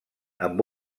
amb